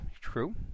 true